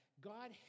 God